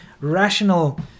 rational